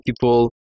people